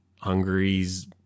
Hungary's